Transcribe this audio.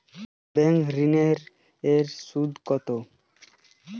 Bank ঋন এর সুদ কত?